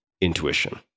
intuition